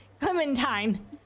Clementine